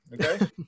okay